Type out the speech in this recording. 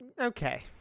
Okay